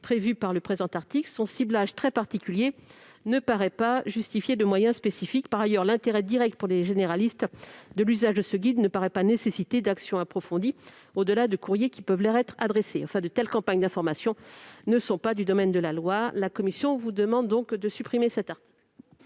prévue par le présent article, son ciblage très particulier ne paraît pas justifier de moyens spécifiques. Par ailleurs, l'intérêt direct pour les généralistes de l'usage de ce guide ne semble pas nécessiter d'actions approfondies, au-delà de courriers qui peuvent leur être adressés. Enfin, de telles campagnes d'information ne sont pas du domaine de la loi. En conséquence, la commission souhaite